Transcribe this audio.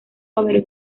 haber